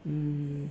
mm